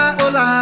hola